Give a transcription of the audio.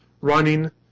running